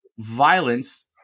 violence